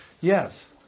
Yes